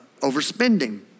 Overspending